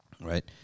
right